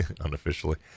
unofficially